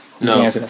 No